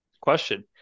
Question